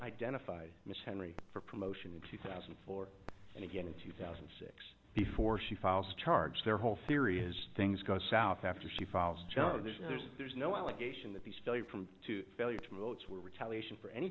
identified ms henry for promotion in two thousand and four and again in two thousand and six before she files charge their whole theory is things go south after she files john there's no there's there's no allegation that these failure from failure to votes were retaliation for any